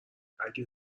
اگه